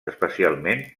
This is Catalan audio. especialment